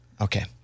Okay